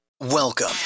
Welcome